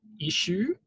issue